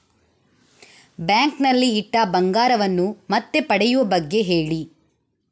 bank ನಲ್ಲಿ ಇಟ್ಟ ಬಂಗಾರವನ್ನು ಮತ್ತೆ ಪಡೆಯುವ ಬಗ್ಗೆ ಹೇಳಿ